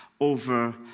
over